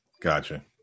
Gotcha